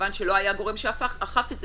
ומכיוון שלא היה גורם שאכף את זה,